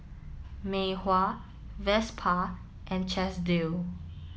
Mei Hua Vespa and Chesdale